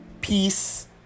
peace